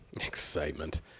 Excitement